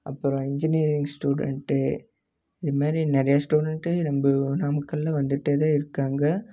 அப்புறம் engineering student இது மாரி நிறைய ஸ்டூடெண்ட்டு நம்ம நாமக்கலில் வந்துகிட்டே தான் இருக்காங்க